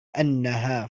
أنها